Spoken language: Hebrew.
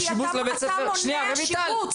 אתה מונע שיבוץ.